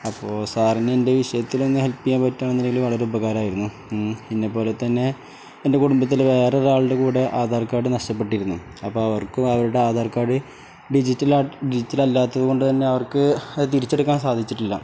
അപ്പോൾ സാറിന് എൻ്റെ വിഷയത്തിലൊന്ന് ഹെൽപ്പ് ചെയ്യാൻ പറ്റുകയാണെന്നുണ്ടെങ്കിൽ വളരെ ഉപകാരമായിരുന്നു എന്നെപോലെ തന്നെ എൻ്റെ കുടുംബത്തിൽ വേറൊരാളുടെ കൂടെ ആധാർ കാർഡ് നഷ്ടപ്പെട്ടിരുന്നു അപ്പം അവർക്കും അവരുടെ ആധാർ കാർഡ് ഡിജിറ്റൽ ആട്ട് ഡിജിറ്റൽ അല്ലാത്തതു കൊണ്ടു തന്നെ അവർക്ക് തിരിച്ചെടുക്കാൻ സാധിച്ചിട്ടില്ല